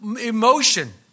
emotion